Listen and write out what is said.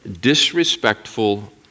disrespectful